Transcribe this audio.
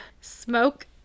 Smoke